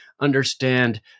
understand